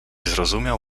zrozumiał